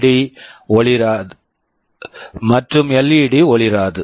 D LED ஒளிராது